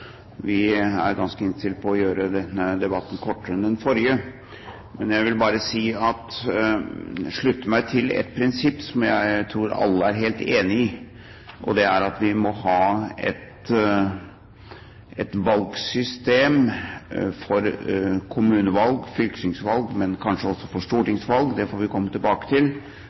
vi er ganske innstilt på å gjøre denne debatten kortere enn den forrige. Jeg vil bare slutte meg til et prinsipp som jeg tror alle er helt enig i, og det er at vi må ha et valgsystem for kommunevalg, fylkestingsvalg og kanskje også for stortingsvalg – det får vi komme tilbake til